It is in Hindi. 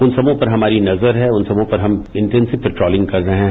उन सभी पर हमारी नजर है उन सभी पर हम इन्टेंसिव पेट्रोलिंग कर रहे हैं